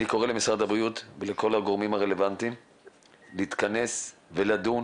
אני קורא למשרד הבריאות ולכל הגורמים הרלוונטיים להתכנס ולדון